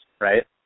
right